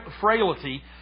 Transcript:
frailty